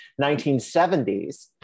1970s